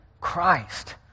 Christ